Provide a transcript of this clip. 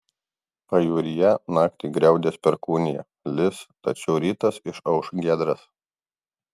pajūryje naktį griaudės perkūnija lis tačiau rytas išauš giedras